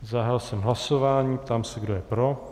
Zahájil jsem hlasování a ptám se, kdo je pro.